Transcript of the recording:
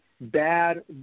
bad